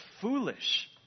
foolish